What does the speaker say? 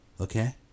Okay